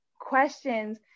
questions